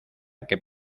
que